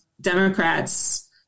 Democrats